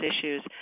issues